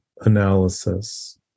analysis